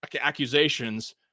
accusations